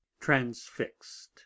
transfixed